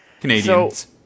Canadians